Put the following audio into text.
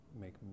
make